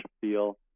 feel